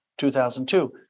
2002